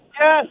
Yes